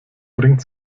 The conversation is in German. bringt